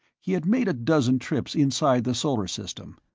he had made a dozen trips inside the solar system,